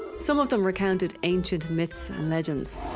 some of them recounted ancient myths and legends.